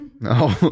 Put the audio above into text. No